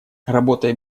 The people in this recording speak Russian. работая